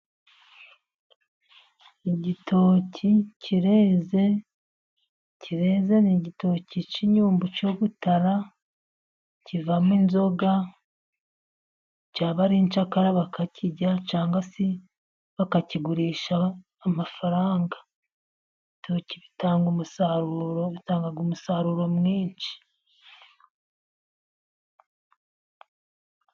Igitoki kireze kireze ni igitoki cy'inyumbu cyo gutara kivamo inzoga, cyaba ari incakara bakakirya cyangwa se bakakigurisha amafaranga. Ibitoki bitanga umusaruro, bitanga umusaruro mwinshi.